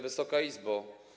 Wysoka Izbo!